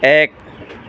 এক